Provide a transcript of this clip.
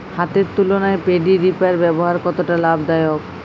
হাতের তুলনায় paddy reaper ব্যবহার কতটা লাভদায়ক?